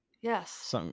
Yes